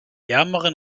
ärmeren